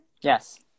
Yes